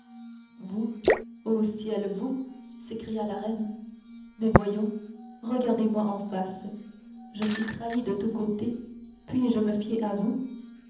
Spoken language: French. vous ô ciel vous s'écria la reine mais voyons regardez-moi en face je suis trahie de tous côtés puis-je me fier à vous